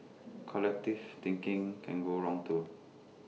collectivist thinking can go wrong too